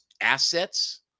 assets